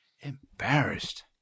Embarrassed